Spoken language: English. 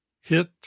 hit